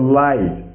light